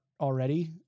already